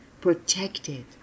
protected